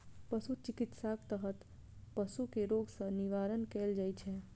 पशु चिकित्साक तहत पशु कें रोग सं निवारण कैल जाइ छै